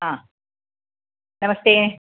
हा नमस्ते